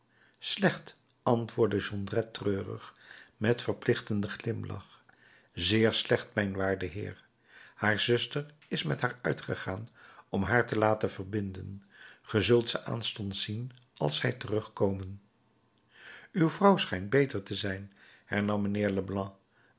slecht antwoordde jondrette treurig met verplichtenden glimlach zeer slecht mijn waarde heer haar zuster is met haar uitgegaan om haar te laten verbinden ge zult ze aanstonds zien als zij terugkomen uw vrouw schijnt beter te zijn